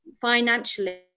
financially